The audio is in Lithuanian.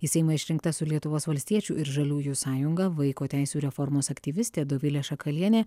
į seimą išrinkta su lietuvos valstiečių ir žaliųjų sąjunga vaiko teisių reformos aktyvistė dovilė šakalienė